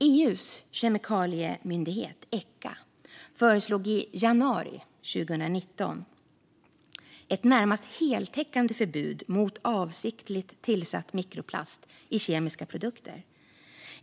EU:s kemikaliemyndighet Echa föreslog i januari 2019 ett närmast heltäckande förbud mot avsiktligt tillsatt mikroplast i kemiska produkter.